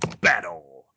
Battle